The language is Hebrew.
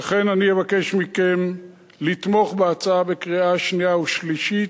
ולכן אני אבקש מכם לתמוך בהצעה בקריאה שנייה ושלישית.